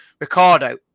Ricardo